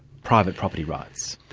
private property rights'.